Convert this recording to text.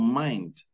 mind